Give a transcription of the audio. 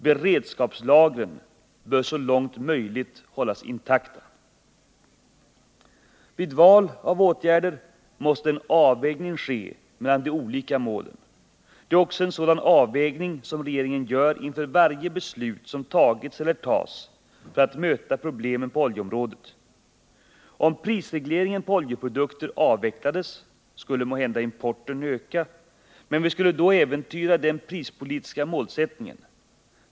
Beredskapslagren bör så långt möjligt hållas intakta. Vid val av åtgärder måste en avvägning ske mellan de olika målen. Det är också en sådan avvägning som regeringen gör inför varje beslut som fattats eller fattas för att möta problemen på oljeområdet. Om prisregleringen på oljeprodukter avvecklades skulle måhända importen öka men vi skulle då äventyra den prispolitiska målsättningen.